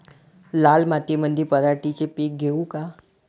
लाल मातीमंदी पराटीचे पीक घेऊ का?